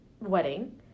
wedding